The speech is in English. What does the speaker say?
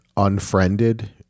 Unfriended